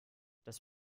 das